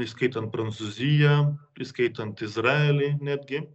įskaitant prancūziją įskaitant izraelį netgi